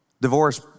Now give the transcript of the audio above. divorce